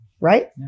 right